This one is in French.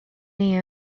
est